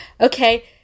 Okay